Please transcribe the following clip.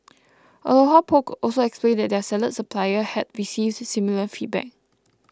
Aloha Poke also explained that their salad supplier had received similar feedback